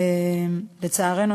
לצערנו,